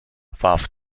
warf